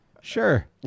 Sure